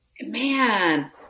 Man